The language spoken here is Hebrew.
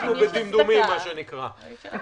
אנחנו בדמדומים, מה שנקרא.